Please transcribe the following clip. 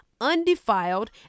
undefiled